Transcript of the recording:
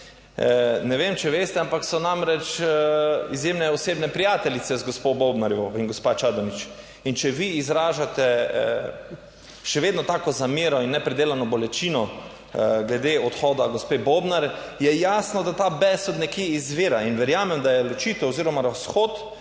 Ne vem, če veste, ampak so namreč izjemne osebne prijateljice z gospo Bobnarjevo in gospa Čadonič, in če vi izražate še vedno tako zamero in nepredelano bolečino glede odhoda gospe Bobnar, je jasno, da ta bes od nekje izvira in verjamem, da je ločitev oziroma razhod